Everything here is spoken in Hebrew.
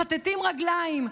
מכתתים רגליים,